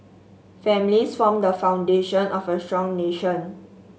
families form the foundation of a strong nation